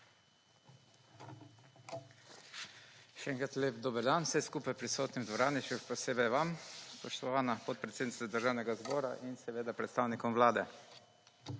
Še enkrat lep dober dan vsem skupaj prisotnim v dvorani, še posebej vam, spoštovana podpredsednica Državnega zbora in seveda predstavnikom Vlade!